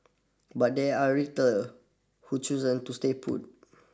but there are retailer who chosen to stay put